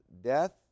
death